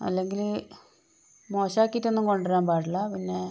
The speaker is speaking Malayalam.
അല്ലെങ്കിൽ മോശം ആക്കിയിട്ടൊന്നും കൊണ്ടുവരാൻ പാടില്ല പിന്നെ